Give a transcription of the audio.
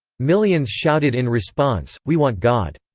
millions shouted in response, we want god!